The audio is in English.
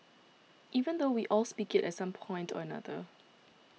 even though we all speak it at some point or another